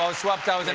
so swept up.